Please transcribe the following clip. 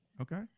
okay